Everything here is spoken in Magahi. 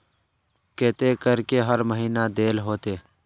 केते करके हर महीना देल होते?